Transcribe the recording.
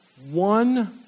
one